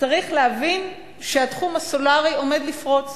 צריך להבין שהתחום הסולרי עומד לפרוץ,